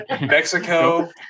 Mexico